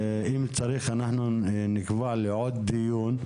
אם צריך, אנחנו נקבע לעוד דיון.